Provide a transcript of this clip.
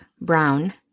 brown